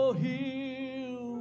heal